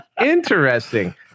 Interesting